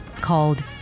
called